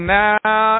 now